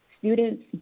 students